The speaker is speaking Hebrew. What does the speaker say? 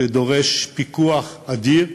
שדורש פיקוח אדיר,